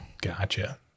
Gotcha